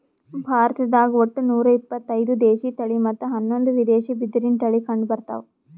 ಭಾರತ್ದಾಗ್ ಒಟ್ಟ ನೂರಾ ಇಪತ್ತೈದು ದೇಶಿ ತಳಿ ಮತ್ತ್ ಹನ್ನೊಂದು ವಿದೇಶಿ ಬಿದಿರಿನ್ ತಳಿ ಕಂಡಬರ್ತವ್